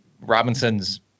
Robinson's